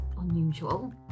unusual